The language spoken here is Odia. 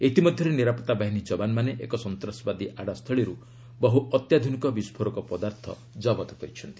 ଇତିମଧ୍ୟରେ ନିରାପତ୍ତା ବାହିନୀ ଯବାନମାନେ ଏକ ସନ୍ତାସବାଦୀ ଆଡ୍ରାସ୍ଥଳୀରୁ ବହୁ ଅତ୍ୟାଧୁନିକ ବିସ୍କୋରକ ପଦାର୍ଥ ଜବତ କରିଛନ୍ତି